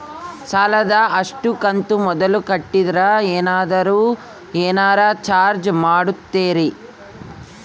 ಸಾಲದ ಅಷ್ಟು ಕಂತು ಮೊದಲ ಕಟ್ಟಿದ್ರ ಏನಾದರೂ ಏನರ ಚಾರ್ಜ್ ಮಾಡುತ್ತೇರಿ?